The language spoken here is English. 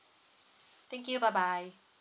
thank you bye bye